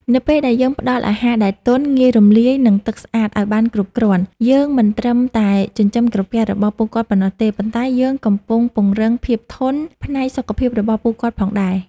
នៅពេលដែលយើងផ្តល់អាហារដែលទន់ ងាយរំលាយ និងទឹកស្អាតឱ្យបានគ្រប់គ្រាន់ យើងមិនត្រឹមតែចិញ្ចឹមក្រពះរបស់ពួកគាត់ប៉ុណ្ណោះទេ ប៉ុន្តែយើងកំពុងពង្រឹង ភាពធន់ ផ្នែកសុខភាពរបស់ពួកគាត់ផងដែរ។